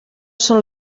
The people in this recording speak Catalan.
són